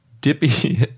Dippy